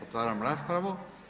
Otvaram raspravu.